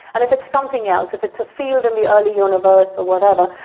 and if it's something else, if it's a field in the early universe or whatever,